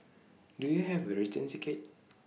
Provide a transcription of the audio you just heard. do you have A return ticket